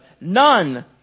none